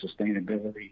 sustainability